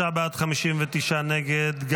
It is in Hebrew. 53 בעד, 59 נגד.